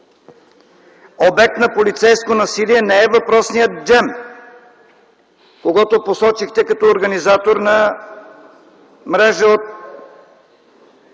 Обект на полицейско насилие не е въпросният Джем, когото посочихте за организатор на мрежа от